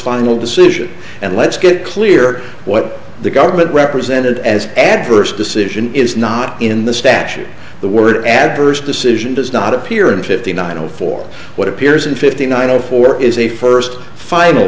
final decision and let's get clear what the government represented as adverse decision is not in the statute the word adverse decision does not appear in fifty nine and for what appears in fifty nine zero four is a first final